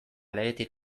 legetik